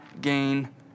gain